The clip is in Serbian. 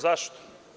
Zašto?